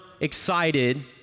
excited